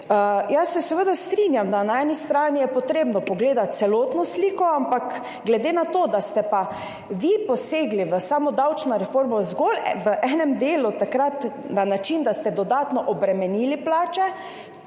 Jaz se seveda strinjam, da je na eni strani treba pogledati celotno sliko, ampak glede na to, da ste pa vi takrat posegli v samo davčno reformo zgolj v enem delu na način, da ste dodatno obremenili plače